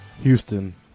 Houston